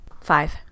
Five